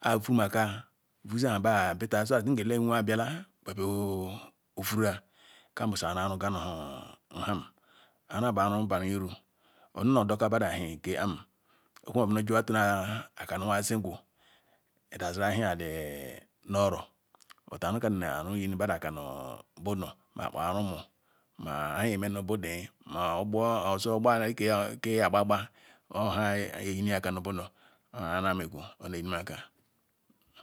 avumela bita ng elewea babialla ba bia vuraa ka buzu iru aruga nu ham aru bu ara baram ozi nu odeka bedu efik keam okwekm moba jiwa kam jiwa zegu dazulu ahi nu oro but aru kuyem negimbeda aka nabadu ma ruu ma ntam nogma na badue oziogbu ah be gbagbagba oha mr yime aka nibida ohamemegwa oyinunka